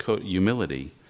humility